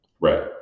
right